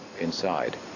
inside